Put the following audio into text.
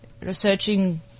Researching